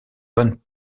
bonne